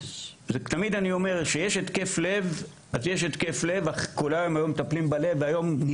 תמיד אני אומר, כשיש התקף לב, אז יש התקף לב.